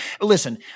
Listen